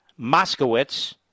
Moskowitz